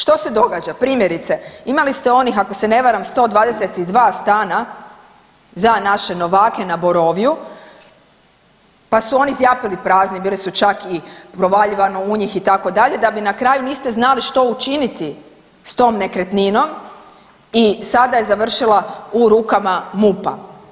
Što se događa, primjerice imali ste onih ako se ne varam 122 stana za naše novake na Borovju, pa su oni zjapili prazni, bili su čak i provaljivano u njih itd. da bi na kraju niste znali što učiniti s tom nekretninom i sada je završila u rukama MUP-a.